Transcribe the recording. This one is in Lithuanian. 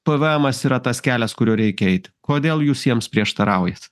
pvmas yra tas kelias kuriuo reikia eit kodėl jūs jiems prieštaraujat